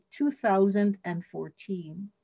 2014